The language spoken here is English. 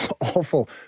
awful